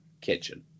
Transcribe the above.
kitchen